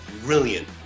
brilliant